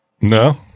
No